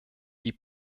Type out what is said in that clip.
die